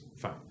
fine